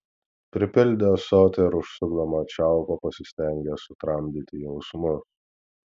pripildė ąsotį ir užsukdama čiaupą pasistengė sutramdyti jausmus